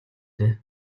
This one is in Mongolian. дээ